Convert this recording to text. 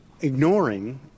ignoring